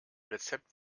rezept